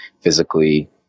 physically